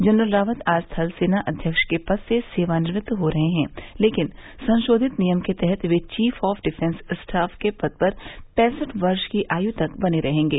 general Rawat आज थलसेना अध्यक्ष के पद से सेवानिवृत्त हो रहे हैं लेकिन संशोधित नियम के तहत वे चीफ ऑफ डिफेन्स स्टाफ के पद पर पैंसठ वर्ष की आयु तक बने रहेंगे